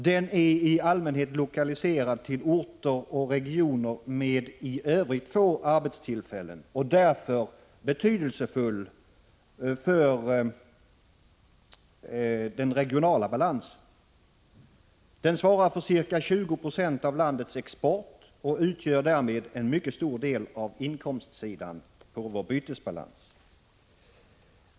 Den är i allmänhet lokaliserad till orter och regioner som i övrigt har få arbetstillfällen, och den är därför betydelsefull för den regionala balansen. Skogsnäringen svarar för ca 20 90 av landets export och har därmed mycket stor betydelse på inkomstsidan när det gäller vår bytesbalans.